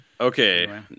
Okay